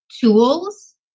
tools